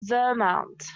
vermont